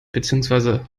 beziehungsweise